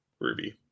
Ruby